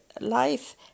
life